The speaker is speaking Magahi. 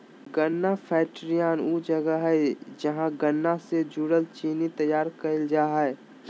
गन्ना फैक्ट्रियान ऊ जगह हइ जहां गन्ना से गुड़ अ चीनी तैयार कईल जा हइ